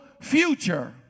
future